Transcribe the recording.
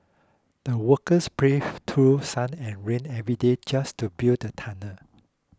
the workers braved through sun and rain every day just to build the tunnel